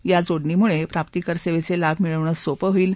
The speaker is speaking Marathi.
या जोडणीमूळे प्राप्तीकर सेवेचे लाभ मिळवणं सोपं होईल